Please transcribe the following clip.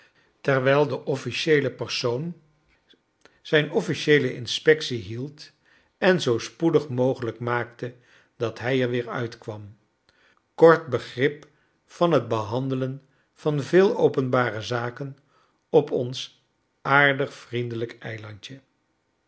terwijl de officieele persoon zijn officieele inspectie hield en zoo spoedig rnogelijk niaakte dat hij er weer uitkwam kort begrip van het behandelen van veel openbare zaken op ons aardig vriendelijk eilandje